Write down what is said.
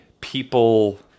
people